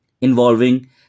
involving